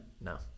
No